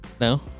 No